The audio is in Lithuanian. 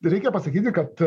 reikia pasakyti kad